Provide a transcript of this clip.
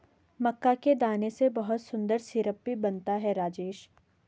मक्का के दाने से बहुत सुंदर सिरप भी बनता है राजेश